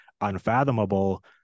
unfathomable